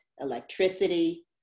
electricity